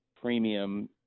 premium